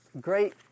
great